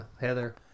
heather